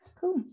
cool